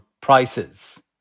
prices